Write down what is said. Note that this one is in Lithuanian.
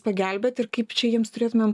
pagelbėt ir kaip čia jiems turėtumėm